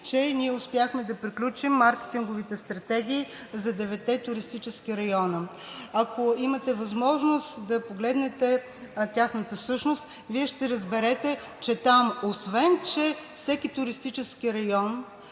че ние успяхме да приключим маркетинговите стратегии за деветте туристически района. Ако имате възможност да погледнете тяхната същност, Вие ще разберете, че там, освен че всеки туристически район